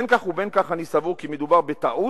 בין וכך ובין כך אני סבור כי מדובר בטעות